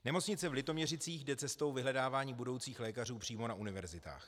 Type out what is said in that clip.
Nemocnice v Litoměřicích jde cestou vyhledávání budoucích lékařů přímo na univerzitách.